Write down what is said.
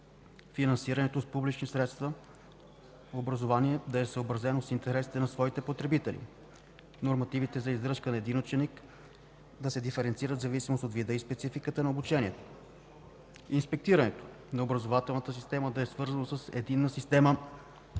финансираното с публични средства образование да е съобразено с интересите на своите потребители. Нормативите за издръжка на един ученик да се диференцират в зависимост от вида и спецификата на обучението; - инспектирането на образователната система да е свързано с единна система за